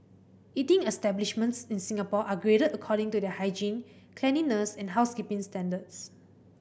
eating establishments in Singapore are graded according to their hygiene cleanliness and housekeeping standards